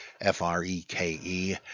F-R-E-K-E